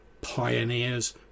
pioneers